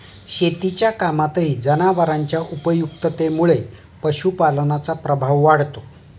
शेतीच्या कामातही जनावरांच्या उपयुक्ततेमुळे पशुपालनाचा प्रभाव वाढतो